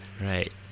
right